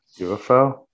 UFO